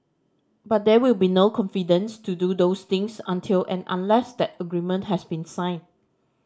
but there will be no confidence to do those things until and unless that agreement has been signed